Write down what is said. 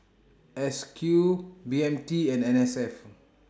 S Q B M T and N S F